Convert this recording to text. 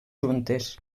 juntes